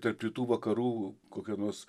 tarp rytų vakarų kokie nors